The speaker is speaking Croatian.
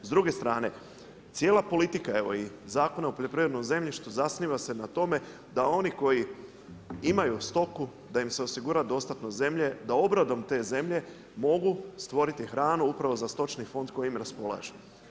S druge strane, cijela politika evo i Zakona o poljoprivrednom zemljištu zasniva se na tome da oni koji imaju stoku da im se osigura dostatnost zemlje da obradom te zemlje mogu stvoriti hranu upravo za stočni fond s kojim raspolažu.